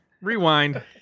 Rewind